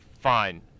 fine